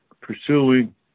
Pursuing